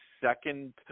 second –